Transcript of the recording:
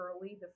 early